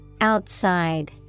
Outside